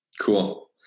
Cool